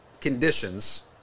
conditions